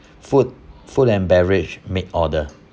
food food and beverage make order